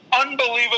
unbelievable